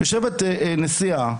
יושבת נשיאה,